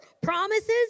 promises